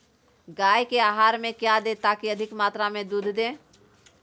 गाय को आहार में क्या दे ताकि अधिक मात्रा मे दूध दे?